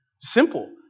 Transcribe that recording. Simple